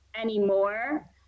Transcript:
anymore